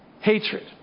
hatred